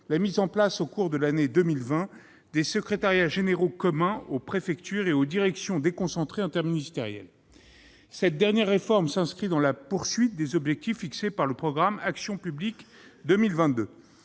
la mise en place, au cours de l'année 2020, des secrétariats généraux communs aux préfectures et aux directions déconcentrées interministérielles. Cette dernière réforme s'inscrit dans la poursuite des objectifs fixés par le programme Action publique 2022.